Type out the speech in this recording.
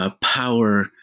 power